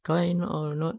kind not a lot